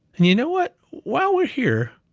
and you know what? while we're here,